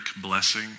blessing